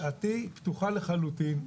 דעתי פתוחה לחלוטין.